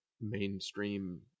mainstream